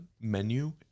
menu